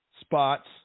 spots